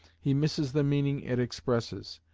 he misses the meaning it expresses.